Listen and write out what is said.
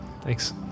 Thanks